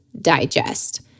digest